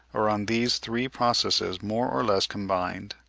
or on these three processes more or less combined.